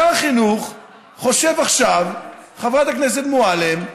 שר החינוך חושב עכשיו, חברת הכנסת מועלם,